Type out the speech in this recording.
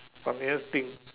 funniest thing